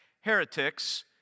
Heretics